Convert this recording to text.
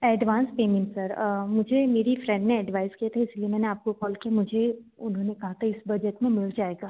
advance payment sir मुझे मेरी friend ने एडवाइस किया था इसलिए मैंने आपको कॉल की मुझे उन्होने कहा था इस बजट में मिल जाएगा